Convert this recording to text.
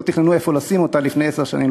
שלא תכננו איפה לשים אותה לפני עשר שנים,